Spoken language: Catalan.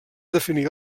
definir